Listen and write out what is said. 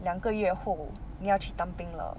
两个月后你要去当兵了